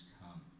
come